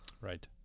Right